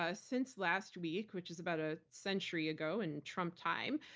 ah since last week, which is about a century ago in trump time,